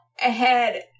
ahead